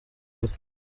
gute